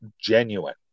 genuine